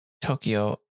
Tokyo